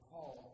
Paul